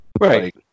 Right